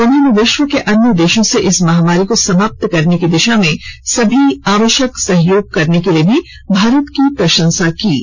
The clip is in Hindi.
उन्होंने विश्व के अन्य देशों से इस महामारी को समाप्त करने की दिशा में सभी आवश्यक सहयोग करने के लिए भी भारत की प्रशंसा की है